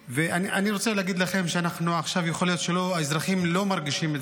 אני רוצה להגיד לכם שעכשיו יכול להיות שהאזרחים לא מרגישים את זה,